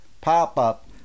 pop-up